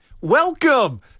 Welcome